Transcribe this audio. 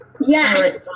yes